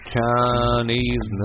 Chinese